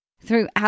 throughout